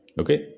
Okay